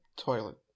toilet